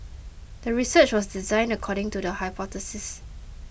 the research was designed according to the hypothesis